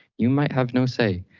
you might have no say,